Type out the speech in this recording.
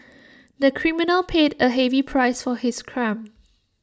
the criminal paid A heavy price for his crime